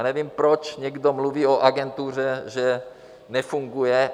Nevím, proč někdo mluví o agentuře, že nefunguje.